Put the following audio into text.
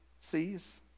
sees